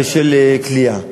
וכליאה,